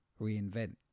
reinvent